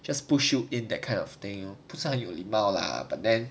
just push you in that kind of thing 不算很有礼貌 lah but then